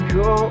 go